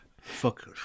Fuck